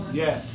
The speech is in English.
yes